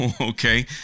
Okay